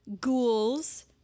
ghouls